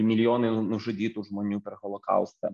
milijonai nužudytų žmonių per holokaustą